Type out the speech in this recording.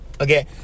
okay